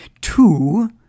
Two